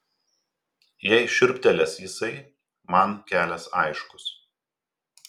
jei šiurptelės jisai man kelias aiškus